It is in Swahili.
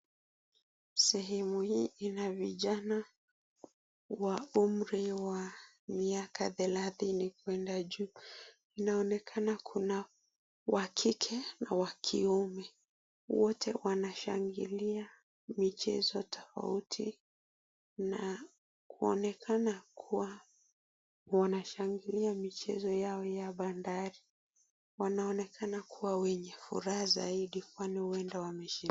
Sehemu hii ina vijana wa umri wa miaka thelathini kwenda juu. Inaonekana kuna wa kike na wa kiume. Wote wanashangilia michezo tofauti na kuonekana kuwa wanashangilia michezo yao ya bandari. Wanaonekana kuwa wenye furaha zaidi kwani huenda wameshinda.